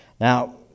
Now